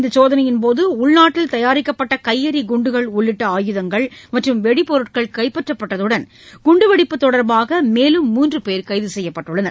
இந்த சோதனையின்போது உள்நாட்டில் தயாரிக்கப்பட்ட கையெறி குண்டுகள் உள்ளிட்ட அயுதங்கள் மற்றும் வெடிப்பொருட்கள் கைப்பற்றப்பட்டதுடன் குண்டுவெடிப்பு தொடர்பாக மேலும் மூன்று பேர் கைது செய்யப்பட்டன்